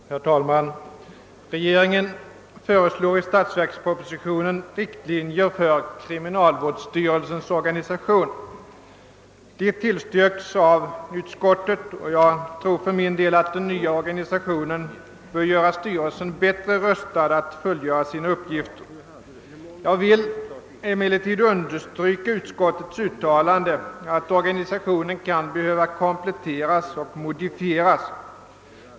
Herr talman! Regeringen föreslår i statsverkspropositionen riktlinjer för kriminalvårdsstyrelsens = organisation, och de tillstyrks av utskottet. Den nya organisationen bör enligt min mening göra styrelsen bättre rustad att fullgöra sin uppgift. Jag vill emellertid understryka utskottets uttalande att organisationen kan behöva kompletteras och modifieras.